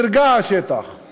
השטח נרגע.